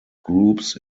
groups